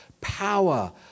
power